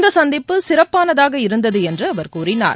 இந்த சந்திப்பு சிறப்பானதாக இருந்தது என்று அவர் கூறினார்